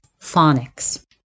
phonics